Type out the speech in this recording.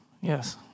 yes